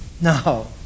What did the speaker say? no